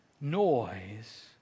noise